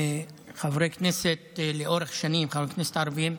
חברי כנסת, חברי הכנסת הערבים,